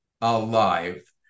alive